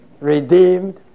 redeemed